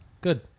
Good